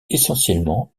essentiellement